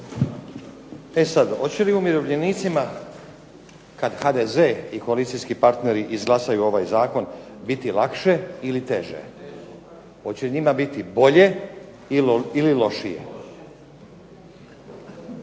E sad, hoće li umirovljenicima kad HDZ i koalicijski partneri izglasaju ovaj zakon, biti lakše ili teže? Hoće li njima biti bolje ili lošije?